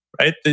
right